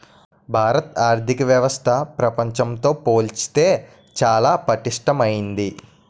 భారత ఆర్థిక వ్యవస్థ ప్రపంచంతో పోల్చితే చాలా పటిష్టమైంది